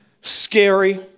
scary